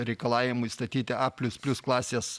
reikalavimui statyti a plius plius klasės